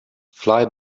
fly